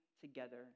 together